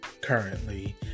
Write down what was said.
currently